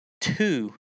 two